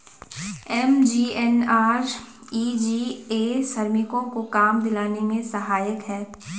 MGNREGA श्रमिकों को काम दिलाने में सहायक है